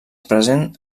present